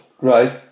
Right